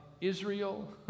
Israel